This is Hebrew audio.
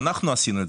אנחנו עשינו את